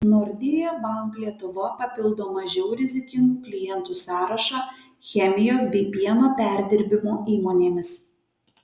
nordea bank lietuva papildo mažiau rizikingų klientų sąrašą chemijos bei pieno perdirbimo įmonėmis